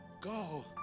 go